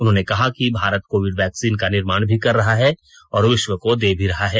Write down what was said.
उन्होंने कहा कि भारत कोविड़ वैक्सीन का निर्माण भी कर रहा है और विश्व को भी दे रहा है